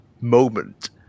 moment